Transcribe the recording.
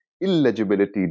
illegibility